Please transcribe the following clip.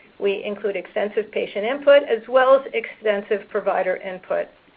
we include extensive patient input as well as extensive provider input.